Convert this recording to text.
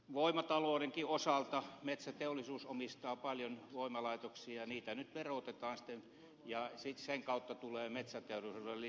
voimataloudenkin osalta metsäteollisuus omistaa paljon voimalaitoksia ja niitä nyt verotetaan sitten ja sen kautta tulee metsäteollisuudelle lisää maksuja